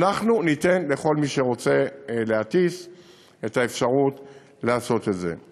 אנחנו ניתן לכל מי שרוצה להטיס את האפשרות לעשות את זה.